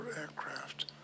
aircraft